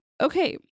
Okay